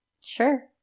Sure